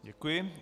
Děkuji.